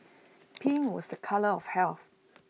pink was A colour of health